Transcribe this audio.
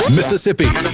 Mississippi